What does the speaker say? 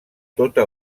tota